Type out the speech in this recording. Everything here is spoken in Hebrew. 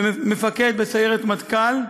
מפקד בסיירת מטכ"ל,